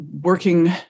working